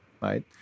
right